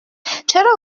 چرا